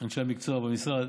אנשי המקצוע במשרד